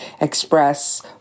express